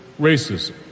racism